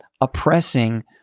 oppressing